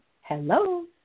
Hello